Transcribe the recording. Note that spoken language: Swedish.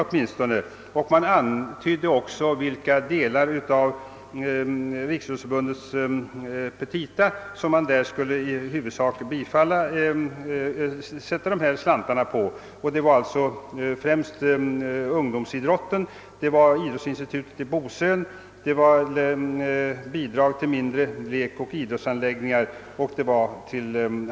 Vi antydde också på vilka delar av Riksidrottsförbundets petita man i huvudsak skulle satsa dessa pengar. Det var främst fråga om ungdomsidrotten, idrottsinstitutet på Bosön, bidrag till mindre lekoch idrottsanläggningar och handikappidrotten.